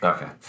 Okay